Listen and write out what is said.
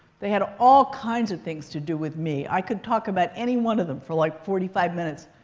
they had all kinds of things to do with me. i could talk about any one of them for, like, forty five minutes.